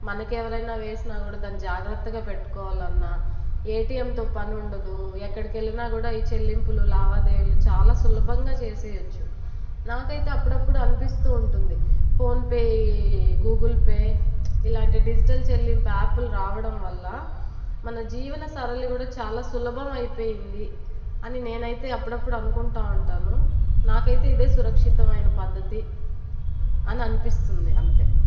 మనకి ఎవరైనా వేసినా కూడా దాని జాగ్రత్తగా పెట్టుకోవాలన్నా ఏటీఎంతో పని ఉండదు ఎక్కడికి వెళ్ళినా కూడా ఈ చెల్లింపులు లావాదేవీలు చాలా సులభంగా చేసేయొచ్చు నాకైతే అప్పుడప్పుడు అనిపిస్తూ ఉంటుంది ఫోన్పే గూగుల్పే ఇలాంటి డిజిటల్ చెల్లింపుల యాప్లు రావడం వల్ల మన జీవనసరళి కూడా చాలా సులభం అయిపోయింది అని నేనైతే అప్పుడప్పుడు అనుకుంటూ ఉంటాను నాకైతే ఇదే సురక్షితమైన పద్ధతి అని అనిపిస్తుంది అంతే